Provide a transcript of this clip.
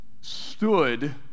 stood